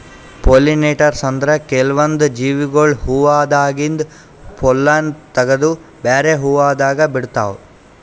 pollinators ಅಂದ್ರ ಕೆಲ್ವನ್ದ್ ಜೀವಿಗೊಳ್ ಹೂವಾದಾಗಿಂದ್ ಪೊಲ್ಲನ್ ತಗದು ಬ್ಯಾರೆ ಹೂವಾದಾಗ ಬಿಡ್ತಾವ್